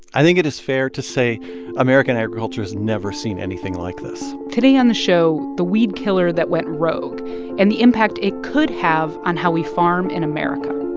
i think it is fair to say american agriculture has never seen anything like this today on the show, the weedkiller that went rogue and the impact it could have on how we farm in america